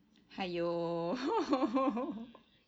!aiyo!